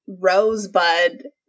rosebud